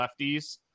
lefties